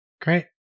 great